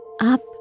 Up